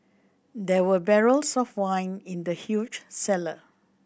there were barrels of wine in the huge cellar